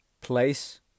place